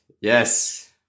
yes